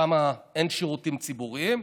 שם אין שירותים ציבוריים,